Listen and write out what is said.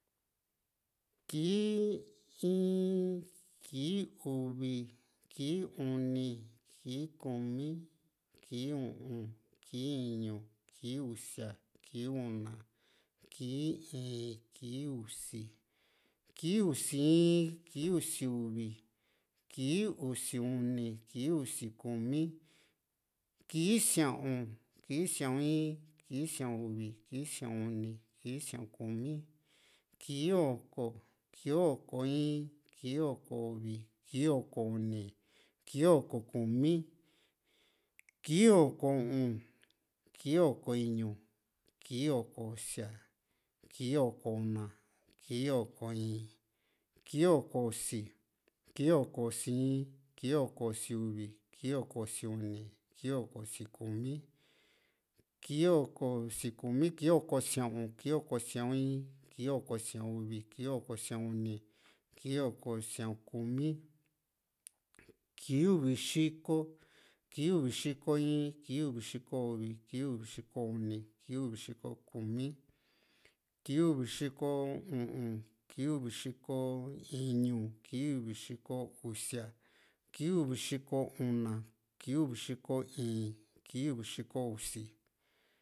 kii iin, kii uvi, kii uni, kii kumi, kii u´un, kii iñu, kii usia, kii una, kii íín, kii usi, kii usi in, kii usi uvi, kii usi uni, kii usi kumi, kii sia´un, kii sia´un in kii sia´un uvi kii sia´un uni, kii sia´un kumi, kii oko, kii oko in, kii oko uvi, kii oko uni, kii oko uvi, kii oko uni, kii oko kumi, kii oko u´un, kii oko iñu, kii oko usia, kii oko una, kii oko íín, kii oko usi, kii oko usi in, kii oko usi uvi, kii oko usi uni, kii oko usi kumi, kii oko usi Kimi, kii oko sia´un, kii oko sia´un in, kii oko sia´un uvi, kii oko sia´un uni, kii oko sia´un kumi, kii uvi xiko, kii uvi xiko in, kii uvi xiko uni, kii uvi xiko kumi, kii uvi xiko u´un, kii uvi xiko iñu, kii uvi xiko usia, kii uvi xiko una, kii uvi xiko íín, kii uvi xiko usi